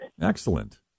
Excellent